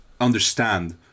understand